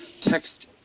text